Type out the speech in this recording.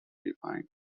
defined